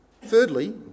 Thirdly